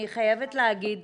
חייבת להגיד